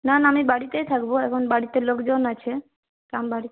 না না আমি বাড়িতেই থাকবো এখন বাড়িতে লোকজন আছে কাম বাড়ি